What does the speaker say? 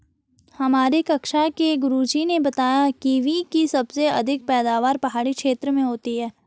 हमारी कक्षा के गुरुजी ने बताया कीवी की सबसे अधिक पैदावार पहाड़ी क्षेत्र में होती है